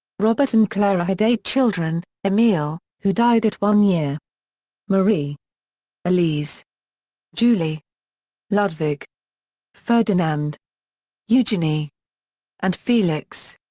robert and clara had eight children, emil, who died at one year marie elise julie ludwig ferdinand eugenie and felix.